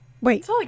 Wait